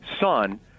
son